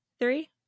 three